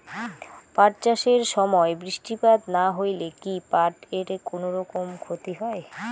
পাট চাষ এর সময় বৃষ্টিপাত না হইলে কি পাট এর কুনোরকম ক্ষতি হয়?